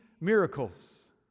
miracles